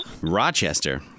Rochester